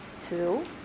two